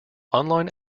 online